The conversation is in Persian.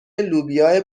لوبیا